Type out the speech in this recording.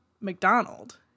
McDonald